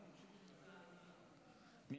מי